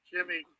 Jimmy